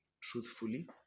truthfully